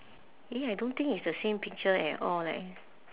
eh I don't think it's the same picture at all leh